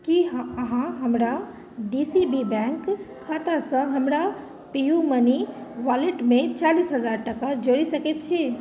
की हम अहाँ हमरा डी सी बी बैंक खातासँ हमरा पे यू मनी वॉलेटमे चालिस हजार टाका जोड़ि सकैत छी